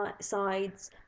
sides